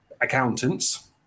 accountants